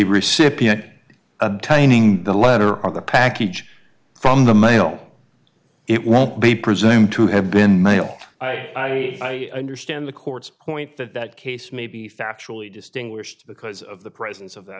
recipient obtaining the letter or the package from the mail it won't be presumed to have been mailed i understand the court's point that that case may be factually distinguished because of the presence of that